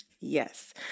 Yes